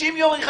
"60 ימים".